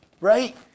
Right